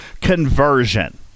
conversion